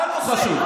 מה הנושא, שוב?